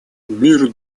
мир